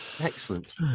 Excellent